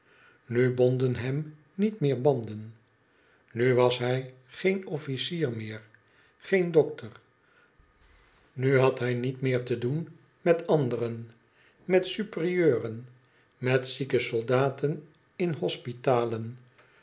nu bonden hem niet meer banden nu was hij geen officier meer geen dokter nu had hij niet meer te doen met anderen met superieuren met zieke soldaten in